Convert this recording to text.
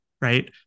Right